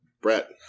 Brett